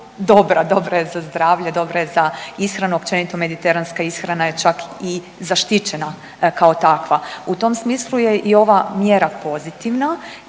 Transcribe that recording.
dobra, dobra je zdravlje, dobra je za ishranu. Općenito mediteranska ishrana je čak i zaštićena kao takva. U tom smislu je i ova mjera pozitivna